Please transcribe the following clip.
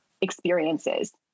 experiences